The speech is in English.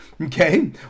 okay